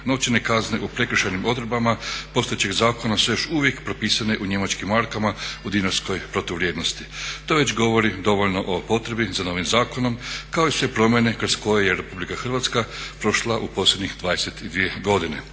novčane kazne u prekršajnim odredbama postojećeg zakona su još uvijek propisane u njemačkim markama u dinarskoj protuvrijednosti. To već govori dovoljno o potrebi za novim zakonom kao i sve promjene kroz koje je RH prošla u posljednjih 22 godine.